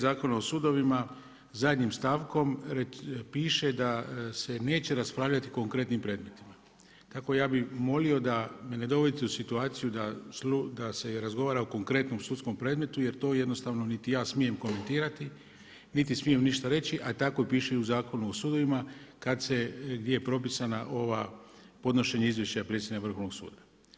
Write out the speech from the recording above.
Zakona o sudovima zadnjim stavkom piše da se neće raspravljati o konkretnim predmetima, tako ja bih molio da me ne dovodite u situaciju da se razgovara o konkretnom sudskom predmetu jer to jednostavno niti ja smijem komentirati, niti smijem ništa reći, a tako piše i u Zakonu o sudovima kad se, gdje je propisana ova, podnošenje izvješća predsjedniku Vrhovnog suda.